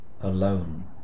alone